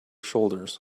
shoulders